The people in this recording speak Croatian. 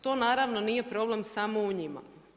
To naravno nije problem samo u njima.